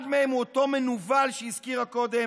אחד מהם הוא אותו מנוול שהזכירה קודם